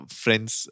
friends